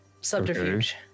subterfuge